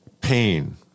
pain